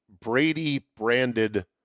Brady-branded